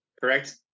Correct